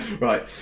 Right